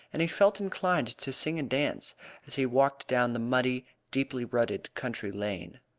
and he felt inclined to sing and dance as he walked down the muddy, deeply-rutted country lane.